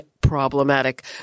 problematic